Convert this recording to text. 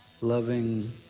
loving